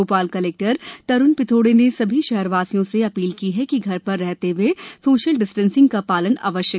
Bhopal collector Tarun Pithode ने सभी शहर वासियों से अपील की है की घर पर रहते हए सोशल डिस्टेंसिंग का पालन अवश्य करें